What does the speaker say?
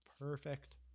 perfect